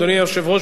אדוני היושב-ראש,